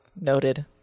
noted